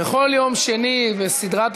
בכל יום שני בסדרת הרצאות,